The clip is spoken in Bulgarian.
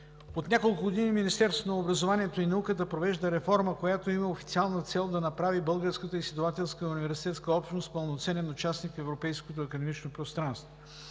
От няколко години Министерството на образованието и науката провежда реформа, която има официална цел да направи българската изследователска университетска общност пълноценен участник в европейското академично пространство.